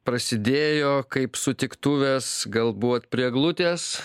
prasidėjo kaip sutiktuvės galbūt prie eglutės